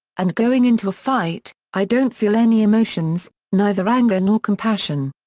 and going into a fight, i don't feel any emotions, neither anger nor compassion.